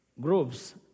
groups